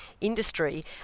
industry